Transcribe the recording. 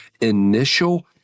initial